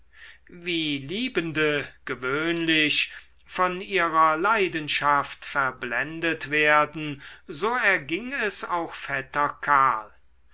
wie liebende gewöhnlich von ihrer leidenschaft verblendet werden so erging es auch